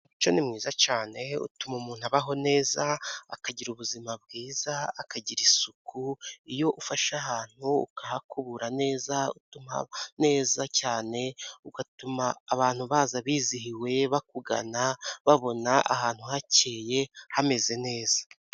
Umuco ni mwiza cyane, utuma umuntu abaho neza akagira ubuzima bwiza, akagira isuku. Iyo ufashe ahantu ukahakubura neza, utuma neza cyane abantu baza bizihiwe bakugana, babona ahantu hakeye hameze neza.